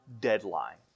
deadline